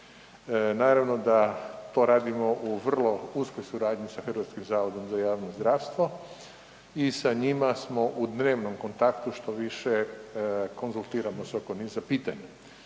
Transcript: Naravno da to radimo u vrlo uskoj suradnji sa HZJZ-om i sa njima smo u dnevnom kontaktu, štoviše, konzultiramo se oko niza pitanja.